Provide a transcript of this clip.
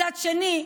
מצד שני,